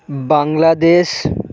Bangladesh